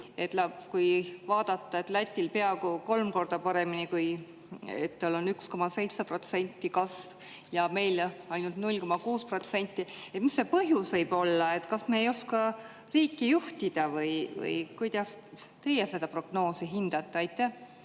kui meil. Lätil läheb peaaegu kolm korda paremini, kui tal on kasv 1,7% ja meil ainult 0,6%. Mis selle põhjus võib olla? Kas me ei oska riiki juhtida või kuidas teie seda prognoosi hindate? Aitäh,